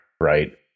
Right